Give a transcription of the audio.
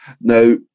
Now